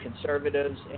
conservatives